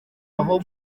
aho